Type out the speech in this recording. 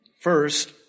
First